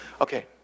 Okay